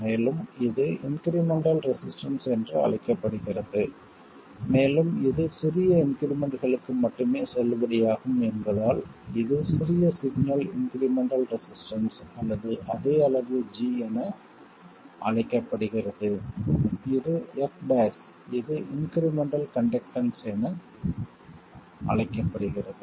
மேலும் இது incremental resistance என்று அழைக்கப்படுகிறது மேலும் இது சிறிய இன்க்ரிமெண்ட்களுக்கு மட்டுமே செல்லுபடியாகும் என்பதால் இது சிறிய சிக்னல் இன்க்ரிமெண்ட்டல் ரெசிஸ்டன்ஸ் அல்லது அதே அளவு g என அழைக்கப்படுகிறது இது f இது இன்க்ரிமெண்ட்டல் கண்டக்டன்ஸ் என அழைக்கப்படுகிறது